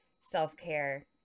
self-care